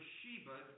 Sheba